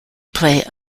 play